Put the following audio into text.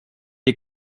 est